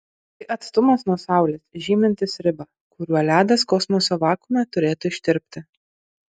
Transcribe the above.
tai atstumas nuo saulės žymintis ribą kuriuo ledas kosmoso vakuume turėtų ištirpti